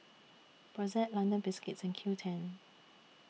Brotzeit London Biscuits and Qoo ten